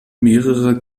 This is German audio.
mehrere